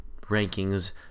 rankings